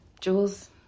jules